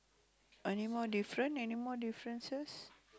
any more different any more differences